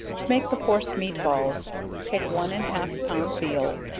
to make the forced meat balls take one and half pound veal,